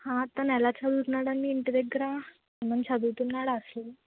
హా అతను ఎలా చదువుతున్నానండి ఇంటిదగ్గరా ఎమన్నా చదువుతున్నాడా అసలు